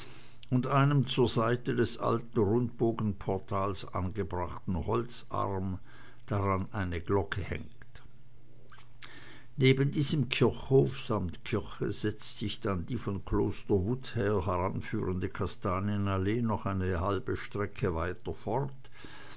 und einem zur seite des alten rundbogenportals angebrachten holzarm dran eine glocke hängt neben diesem kirchhof samt kirche setzt sich dann die von kloster wutz her heranführende kastanienallee noch eine kleine strecke weiter fort